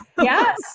Yes